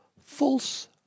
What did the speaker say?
False